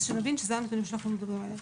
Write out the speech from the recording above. אז שנבין שאלה הם הנתונים שאנחנו מדברים עליהם.